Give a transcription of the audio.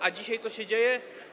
A dzisiaj co się dzieje?